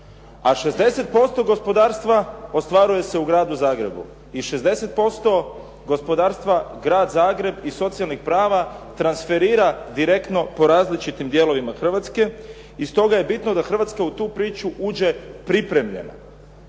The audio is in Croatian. A 60% gospodarstva ostvaruje se u Gradu Zagrebu i 60% gospodarstva Grad Zagreb i socijalnih prava transferira direktno po različitim dijelovima Hrvatske i stoga je bitno da Hrvatska u tu priču uđe pripremljena.